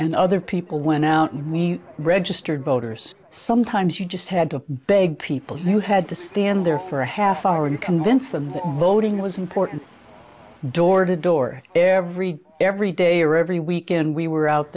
and other people went out and we registered voters sometimes you just had to beg people who had to stand there for a half hour you convince them voting was important door to door every day every day or every weekend we were out